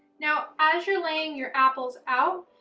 now, as you're laying your apples out,